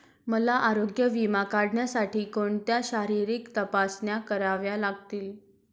मला आरोग्य विमा काढण्यासाठी कोणत्या शारीरिक तपासण्या कराव्या लागतील?